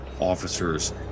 officers